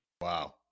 Wow